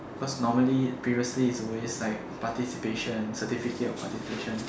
cause normally previously is always like participation certificate of participation